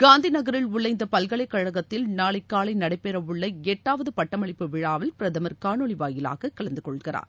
காந்திநகரில் உள்ள இந்த பல்கலைக் கழகத்தில் நாளை காலை நடைபெற உள்ள எட்டாவது பட்டமளிப்பு விழாவில் பிரதமர் காணொலி வாயிலாகக் கலந்தகொள்கிறார்